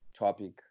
Topic